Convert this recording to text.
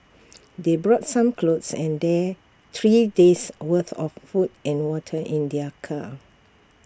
they brought some clothes and day three days' worth of food and water in their car